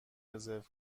رزرو